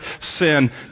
sin